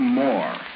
more